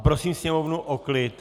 Prosím sněmovnu o klid!